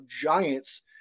giants